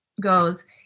goes